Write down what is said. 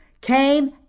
came